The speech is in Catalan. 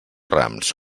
rams